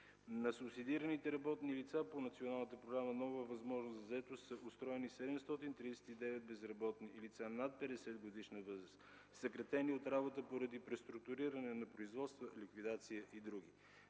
На субсидираните безработни лица по Националната програма „Нова възможност за заетост” са устроени 739 безработни лица над 50-годишна възраст, съкратени от работа поради преструктуриране на производства, ликвидация и други.